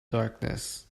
darkness